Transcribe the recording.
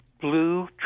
blue